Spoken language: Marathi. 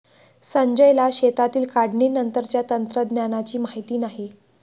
संजयला शेतातील काढणीनंतरच्या तंत्रज्ञानाची माहिती नाही